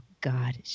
god